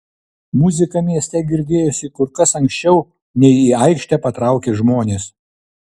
muzika mieste girdėjosi kur kas anksčiau nei į aikštę patraukė žmonės